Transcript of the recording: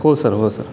हो सर हो सर